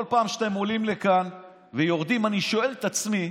כל פעם שאתם עולים לכאן ויורדים אני שואל את עצמי